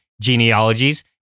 Genealogies